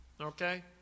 Okay